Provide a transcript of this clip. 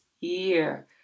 year